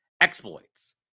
exploits